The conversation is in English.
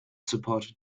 supported